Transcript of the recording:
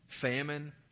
Famine